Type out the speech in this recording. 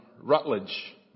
Rutledge